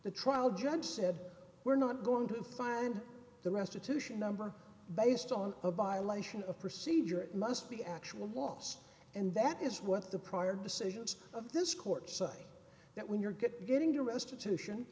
the trial judge said we're not going to find the restitution number based on a buy lation a procedure it must be actual last and that is what the prior decisions of this court say that when you're get getting to restitution